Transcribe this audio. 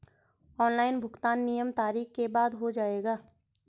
Online भुगतान नियत तारीख के बाद हो जाएगा?